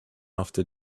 after